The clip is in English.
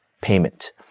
payment